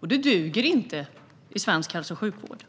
Det duger inte i svensk hälso och sjukvård.